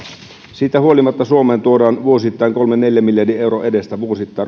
siitä huolimatta suomeen tuodaan vuosittain kolmen viiva neljän miljardin edestä erilaisia